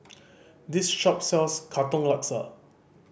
this shop sells Katong Laksa